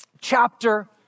chapter